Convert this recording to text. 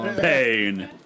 Pain